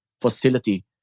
facility